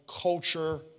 culture